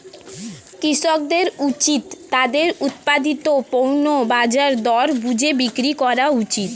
কৃষকদের উচিত তাদের উৎপাদিত পণ্য বাজার দর বুঝে বিক্রি করা উচিত